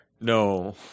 No